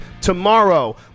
Tomorrow